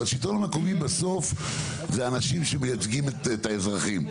והשלטון המקומי בסוף זה אנשים שמייצגים את האזרחים.